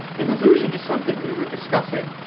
in allusion to something we were discussing,